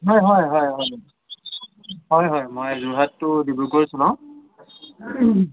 হয় হয় হয় হয় হয় হয় মই যোৰহাট টু ডিব্ৰুগড় চলাওঁ